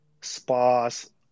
spas